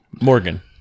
Morgan